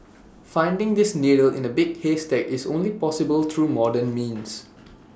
finding this needle in A big haystack is only possible through modern means